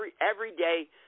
everyday